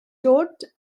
dod